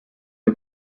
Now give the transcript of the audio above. the